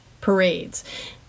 parades